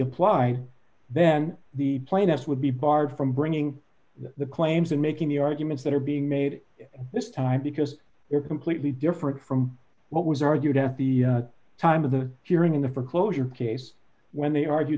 apply then the plaintiffs would be barred from bringing the claims in making the arguments that are being made at this time because they are completely different from what was argued at the time of the hearing in the foreclosure case when they argue